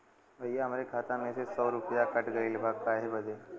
भईया हमरे खाता मे से सौ गो रूपया कट गइल बा काहे बदे?